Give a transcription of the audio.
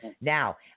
Now